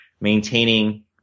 maintaining